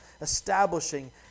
establishing